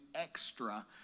extra